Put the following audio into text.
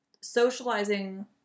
socializing